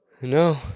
No